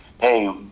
hey